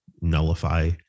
nullify